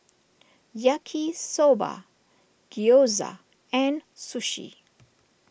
Yaki Soba Gyoza and Sushi